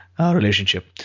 relationship